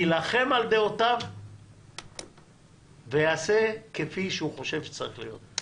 ילחם על דעותיו ויעשה כפי שהוא חושב שצריך להיות.